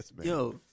Yo